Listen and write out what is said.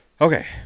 Okay